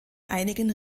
einigen